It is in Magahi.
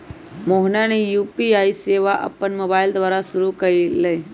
मोहना ने यू.पी.आई सेवा अपन मोबाइल द्वारा शुरू कई लय